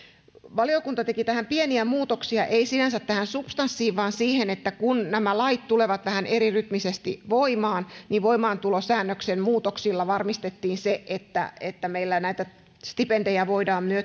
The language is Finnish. valiokunta teki tähän pieniä muutoksia ei sinänsä substanssiin vaan siihen että kun nämä lait tulevat vähän erirytmisesti voimaan niin voimaantulosäännöksen muutoksilla varmistettiin se että että meillä näitä stipendejä voidaan